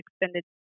extended